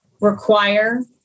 require